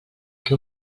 què